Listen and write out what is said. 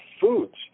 foods